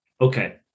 Okay